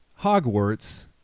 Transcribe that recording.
Hogwarts